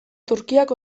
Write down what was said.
turkiak